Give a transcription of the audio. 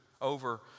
over